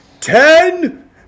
ten